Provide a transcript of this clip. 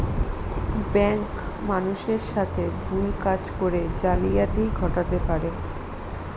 bank মানুষের সাথে ভুল কাজ করে জালিয়াতি ঘটাতে পারে